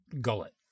gullet